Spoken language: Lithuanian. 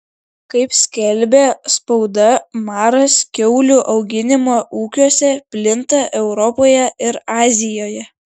kaip skelbia spauda maras kiaulių auginimo ūkiuose plinta europoje ir azijoje